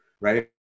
right